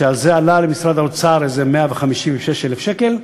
זה עלה למשרד האוצר איזה 156,000 שקל,